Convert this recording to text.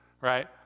right